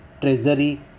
treasury